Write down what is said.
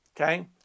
Okay